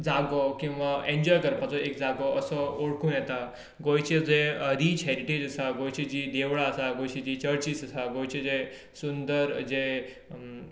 जागो किंवा एन्जॉय करपाचो एक जागो असो वळखूंक येता गोंयची जे रीच हॅरीटेज आसा गोंयची जी देवळां आसा गोंयची जी चर्चीज आसा गोंयचे जें सुंदर जे